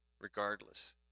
regardless